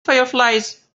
fireflies